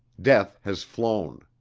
death has flown.